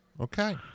Okay